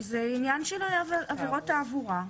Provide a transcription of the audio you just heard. כי זה עניין של עבירות תעבורה.